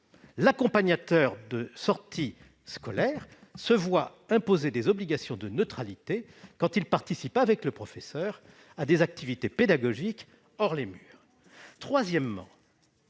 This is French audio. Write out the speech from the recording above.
l'accompagnateur de sortie scolaire se voie imposer des obligations de neutralité quand il participe avec le professeur à des activités pédagogiques hors les murs. Troisièmement,